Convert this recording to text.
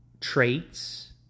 traits